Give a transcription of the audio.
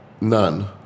None